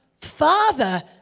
Father